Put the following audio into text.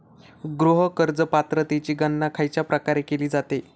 गृह कर्ज पात्रतेची गणना खयच्या प्रकारे केली जाते?